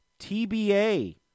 TBA